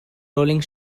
rolling